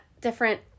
different